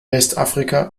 westafrika